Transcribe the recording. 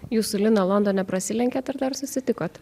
jūs su lina londone prasilenkėt ar dar susitikot